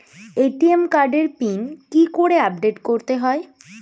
ATM কার্ডের PIN কি করে আপডেট করতে হয়?